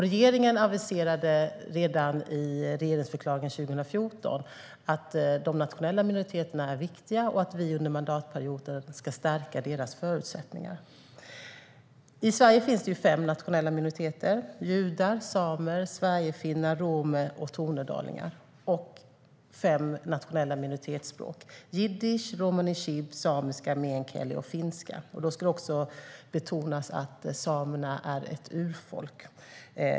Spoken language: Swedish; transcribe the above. Regeringen aviserade redan i regeringsförklaringen 2014 att de nationella minoriteterna är viktiga och att vi under mandatperioden ska stärka deras förutsättningar. I Sverige finns det fem nationella minoriteter: judar, samer, sverigefinnar, romer och tornedalingar. Det finns också fem nationella minoritetsspråk: jiddisch, romanichib, samiska, meänkieli och finska. Det ska också betonas att samerna är ett urfolk.